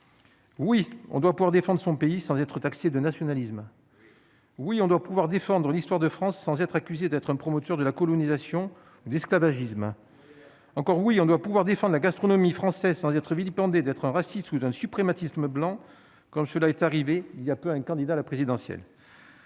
Oui, on doit, pour défendre son pays sans être taxé de nationalisme. Oui, on doit pouvoir défendre l'histoire de France sans être accusé d'être un promoteur de la colonisation disque tabagisme encore oui, on doit pouvoir défendent la gastronomie française sans être vilipendés d'être raciste sous un suprématisme blanc comme cela est arrivé il y a peu, un candidat à la présidentielle.